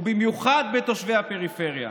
ובמיוחד בתושבי הפריפריה.